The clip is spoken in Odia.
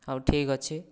ହେଉ ଠିକ ଅଛି